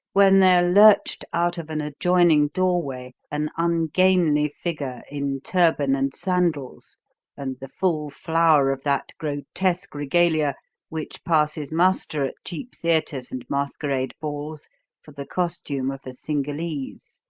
when there lurched out of an adjoining doorway an ungainly figure in turban and sandals and the full flower of that grotesque regalia which passes muster at cheap theatres and masquerade balls for the costume of a cingalese.